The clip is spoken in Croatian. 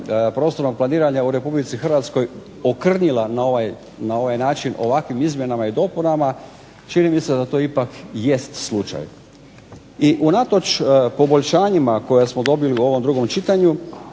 prostornog planiranja u RH okrnjila na ovaj način ovakvim izmjenama i dopunama, čini mi se da to ipak jest slučaj. I unatoč poboljšanjima koja smo dobili u ovom drugim čitanju